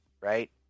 right